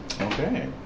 Okay